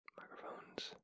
microphones